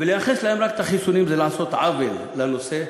ולייחס להן רק את החיסונים זה לעשות עוול לנושא,